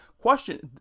Question